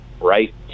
right